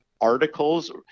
articles